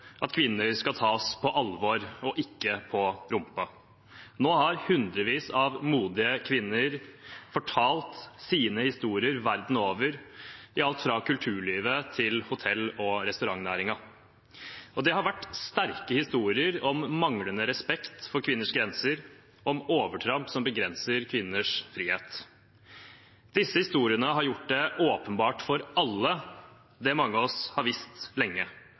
at kvinner skal tas på alvor, og ikke på rumpa. Nå har hundrevis av modige kvinner verden over – fra alt fra kulturlivet til hotell- og restaurantnæringen – fortalt sine historier. Det har vært sterke historier om manglende respekt for kvinners grenser, om overtramp som begrenser kvinners frihet. Disse historiene har gjort det åpenbart for alle, det vi har visst lenge,